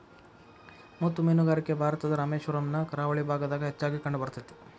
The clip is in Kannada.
ಮುತ್ತು ಮೇನುಗಾರಿಕೆ ಭಾರತದ ರಾಮೇಶ್ವರಮ್ ನ ಕರಾವಳಿ ಭಾಗದಾಗ ಹೆಚ್ಚಾಗಿ ಕಂಡಬರ್ತೇತಿ